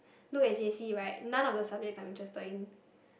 look at J_C right none of the subjects I'm interested in